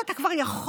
כשאתה כבר יכול,